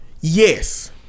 Yes